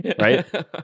Right